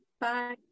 Bye